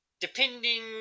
Depending